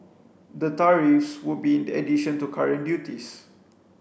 the tariffs would be in addition to current duties